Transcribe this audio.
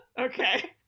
okay